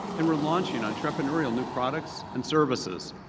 and we're launching entrepreneurial new products and services.